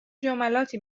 جملاتی